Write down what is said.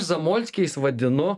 zamolskiais vadinu